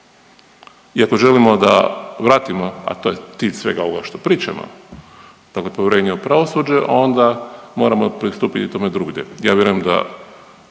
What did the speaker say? I ako želimo da vratimo, a to je cilj svega ovoga što pričamo, dakle povjerenje u pravosuđe, onda moramo pristupiti tome drugdje, ja vjerujem da